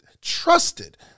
trusted